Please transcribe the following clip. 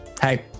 Hey